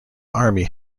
army